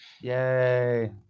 Yay